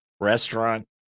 restaurant